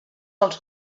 els